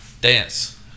dance